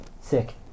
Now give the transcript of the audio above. Sick